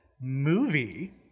movie